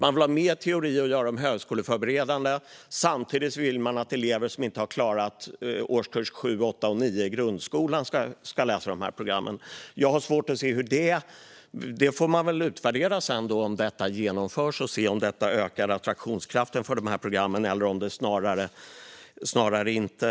Man vill ha mer teori och göra programmen högskoleförberedande, men samtidigt vill man att elever som inte har klarat årskurs 7, 8 och 9 i grundskolan ska läsa programmen. Om förslaget genomförs får det väl sedan utvärderas om attraktionskraften har ökat för programmen eller inte. Fru talman!